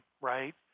right